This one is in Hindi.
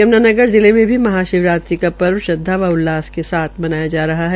यमुनानगर जिले में महाशिवरात्रि का पर्व श्रदवा व उल्लास से मनाया जा रहा है